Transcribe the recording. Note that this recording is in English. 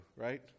right